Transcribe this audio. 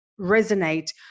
resonate